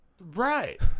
right